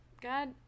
God